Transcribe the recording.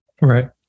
Right